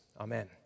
Amen